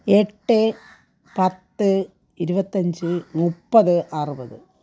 എട്ട് പത്ത് ഇരുപത്തഞ്ച് മുപ്പത് അറുപത്